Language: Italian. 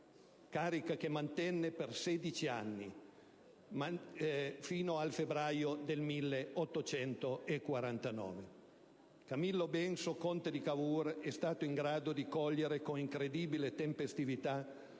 carica che mantenne per 16 anni, fino al febbraio del 1849. Camillo Benso conte di Cavour è stato in grado di cogliere con incredibile tempestività